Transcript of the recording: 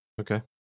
Okay